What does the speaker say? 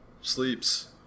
sleeps